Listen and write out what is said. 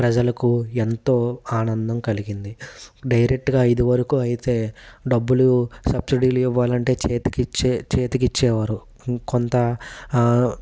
ప్రజలకు ఎంతో ఆనందం కలిగింది డైరెక్ట్గా ఇది వరకు అయితే డబ్బులు సబ్సిడీలు ఇవ్వాలంటే చేతికిచ్చే చేతికిచ్చేవారు కొంత